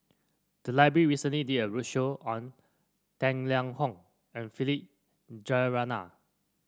the library recently did a roadshow on Tang Liang Hong and Philip Jeyaretnam